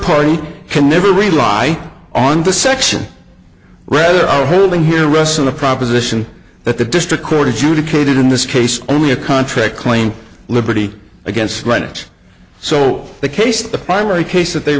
party can never rely on the section read or are holding here rests on the proposition that the district court adjudicated in this case only a contract claim liberty against rent so the case the primary case that they